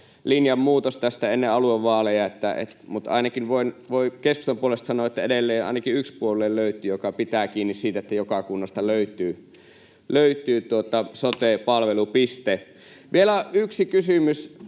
linjanmuutos ennen aluevaaleja, mutta ainakin voi keskustan puolesta sanoa, että edelleen löytyy ainakin yksi puolue, joka pitää kiinni siitä, että joka kunnasta löytyy sote-palvelupiste. [Puhemies